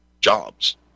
jobs